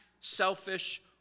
selfish